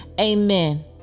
Amen